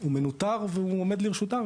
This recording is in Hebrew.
הוא מנוטר והוא עומד לרשותם,